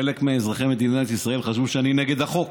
חלק מאזרחי מדינת ישראל חשבו שאני נגד החוק,